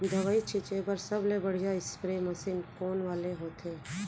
दवई छिंचे बर सबले बढ़िया स्प्रे मशीन कोन वाले होथे?